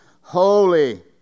holy